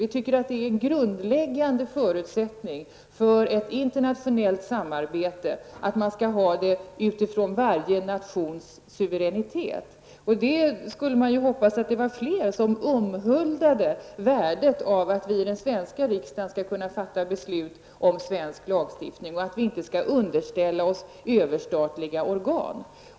Vi tycker att det är en grundläggande förutsättning för ett internationellt samarbete att det skall ske utifrån varje nations suveränitet. Det vore naturligtvis värdefullt om fler omhuldade värdet av att vi i den svenska riksdagen skall kunna fatta beslut om svensk lagstiftning och att vi inte skall underordna oss överstatliga organ.